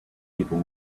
people